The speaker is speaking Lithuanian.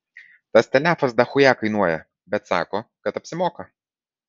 tas telefas dachuja kainuoja bet sako kad apsimoka